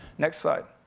next slide.